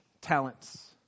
talents—